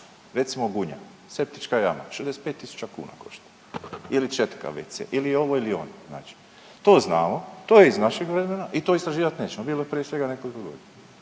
Recimo Gunja, septička jama 65.000 kuna košta ili četka wc ili ovo ili ono. To znamo to je iz našeg vremena i to istraživat nećemo bilo je prije svega nekoliko godina.